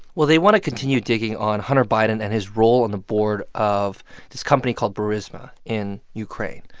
well, they want to continue digging on hunter biden and his role on the board of this company called burisma in ukraine.